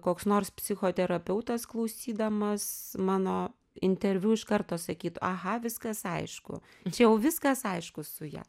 koks nors psichoterapeutas klausydamas mano interviu iš karto sakytų aha viskas aišku čia jau viskas aišku su ja